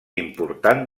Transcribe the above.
important